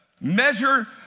measure